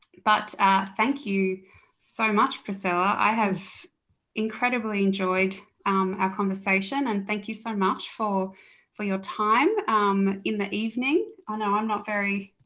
but ah thank you so much priscilla, i have incredibly enjoyed our conversation and thank you so much for for your time in the evening. i know i'm not very